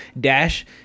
dash